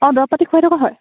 অঁ দৰৱ পাতি খুৱাই থকা হয়